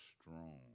strong